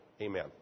Amen